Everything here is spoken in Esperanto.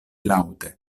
laŭte